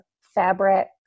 fabric